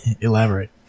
Elaborate